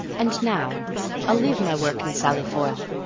and now i'll leave my work and sally forth.